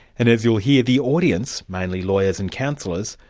and as you'll hear, the audience, mainly lawyers and counsellors,